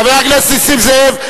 חבר הכנסת נסים זאב,